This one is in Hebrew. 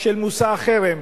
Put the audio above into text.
של מושא החרם.